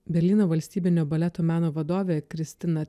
berlyno valstybinio baleto meno vadovė kristina